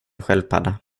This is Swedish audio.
sköldpadda